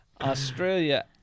Australia